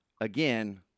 again